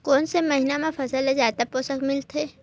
कोन से महीना म फसल ल जादा पोषण मिलथे?